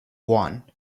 one